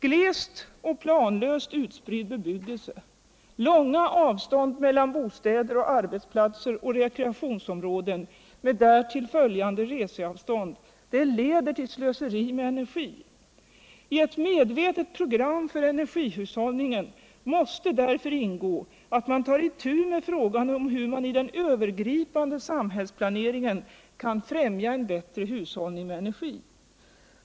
Glost och planlöst utspridd bebypgelse, långa uvstånd mellan bostäder och arbetsplatser och rekreationsområden med därav följande resavstånd leder tll slöseri med energi. I ett medvetet program för energihushällning måste därför ingå att man tar itu med frågan om hur man i den övergripande samhällsplaneringen kan främja en bättre hushållning med energin.